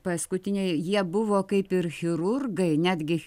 paskutiniai jie buvo kaip ir chirurgai netgi